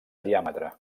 diàmetre